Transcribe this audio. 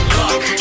luck